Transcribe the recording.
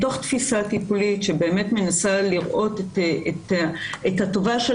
מתוך תפיסה טיפולית באמת מנסה לראות את הטובה של